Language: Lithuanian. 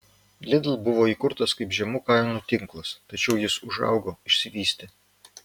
lidl buvo įkurtas kaip žemų kainų tinklas tačiau jis užaugo išsivystė